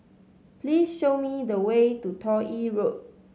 please show me the way to Toh Yi Road